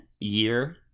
year